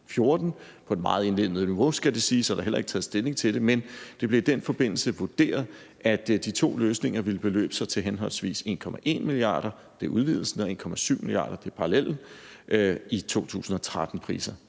på et meget indledende niveau, skal det siges, og der er heller ikke taget stilling til det – og det blev i den forbindelse vurderet, at de to løsninger i 2013-priser ville beløbe sig til henholdsvis 1,1 mia. kr. for udvidelsen og 1,7 mia. kr. for parallellbroen.